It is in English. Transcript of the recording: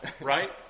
right